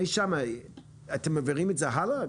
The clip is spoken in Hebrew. משם אתם מעבירים את זה הלאה?